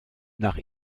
nach